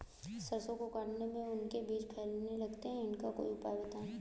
सरसो को काटने में उनके बीज फैलने लगते हैं इसका कोई उपचार बताएं?